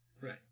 right